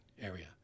area